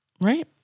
Right